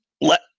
let